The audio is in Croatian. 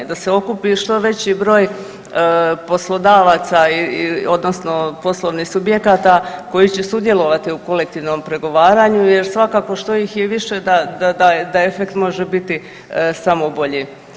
Da se okupi što veći broj poslodavaca i odnosno poslovnih subjekata koji će sudjelovati u kolektivnom pregovaranju jer svakako što ih je više da efekt može biti samo bolji.